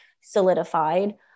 solidified